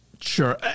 Sure